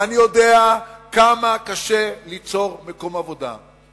ואני יודע כמה קשה ליצור מקום עבודה,